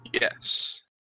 yes